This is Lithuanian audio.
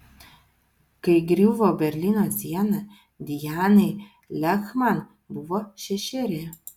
kai griuvo berlyno siena dianai lehman buvo šešeri